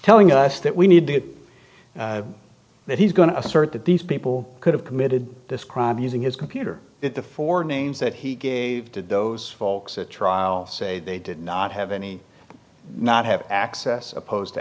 telling us that we need to get that he's going to assert that these people could have committed this crime using his computer that the four names that he gave to those folks at trial say they did not have any not have access opposed to